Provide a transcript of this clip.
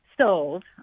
sold